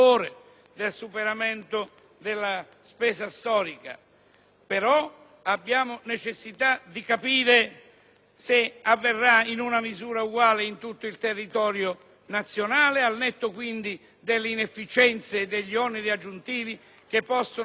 ma abbiamo necessità di capire se ciò avverrà in misura uguale in tutto il territorio nazionale, al netto quindi delle inefficienze e degli oneri aggiuntivi che possono manifestarsi in un determinato contesto territoriale.